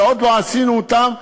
שעוד לא עשינו אותן,